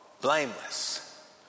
blameless